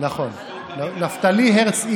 נפתלי הרץ.